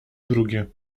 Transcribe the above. drugie